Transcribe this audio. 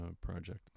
Project